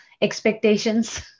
expectations